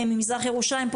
במזרח ירושלים,